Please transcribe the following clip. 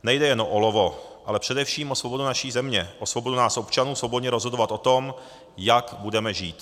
Nejde jen o olovo, ale především o svobodu naší země, o svobodu nás občanů svobodně rozhodovat o tom, jak budeme žít.